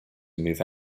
move